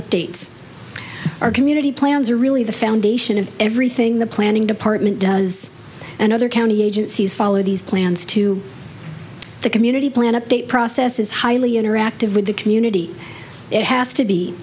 updates our community plans are really the foundation of everything the planning department does and other county agencies follow these plans to the community plan update process is highly interactive with the community it has to be